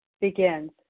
begins